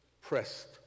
pressed